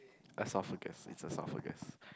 esophagus is esophagus